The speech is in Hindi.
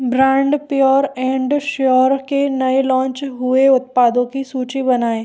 ब्रांड प्योर एंड श्योर के नए लॉन्च हुए उत्पादों की सूची बनाएँ